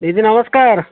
ଦିଦି ନମସ୍କାର